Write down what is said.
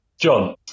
John